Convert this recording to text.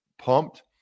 pumped